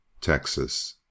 Texas